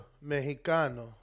Mexicano